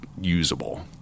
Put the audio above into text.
usable